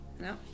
no